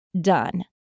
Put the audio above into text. done